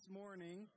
morning